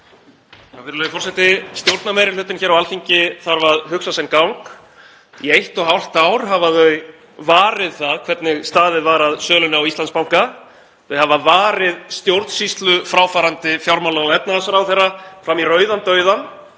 Virðulegi forseti. Stjórnarmeirihlutinn hér á Alþingi þarf að hugsa sinn gang. Í eitt og hálft ár hafa þau varið það hvernig staðið var að sölunni á Íslandsbanka. Þau hafa varið stjórnsýslu fráfarandi fjármála- og efnahagsráðherra fram í rauðan dauðann